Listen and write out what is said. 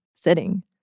sitting